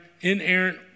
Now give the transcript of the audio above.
inerrant